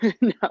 no